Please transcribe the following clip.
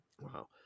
Wow